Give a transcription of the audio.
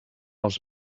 els